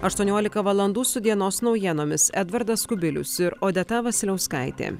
aštuoniolika valadų su dienos naujienomis edvardas kubilius ir odeta vasiliauskaitė